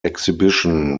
exhibition